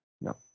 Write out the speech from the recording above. no